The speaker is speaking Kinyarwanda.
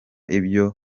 ibyo